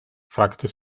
fragte